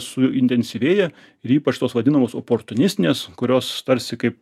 suintensyvėja ir ypač tos vadinamos oportunistinės kurios tarsi kaip